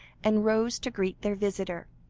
and rose to greet their visitor.